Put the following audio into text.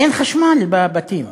אין חשמל בבתים.